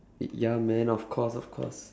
ya man of course of course